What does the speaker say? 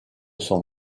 son